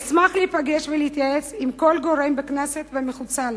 אשמח להיפגש ולהתייעץ עם כל גורם בכנסת ומחוץ לה